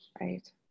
Right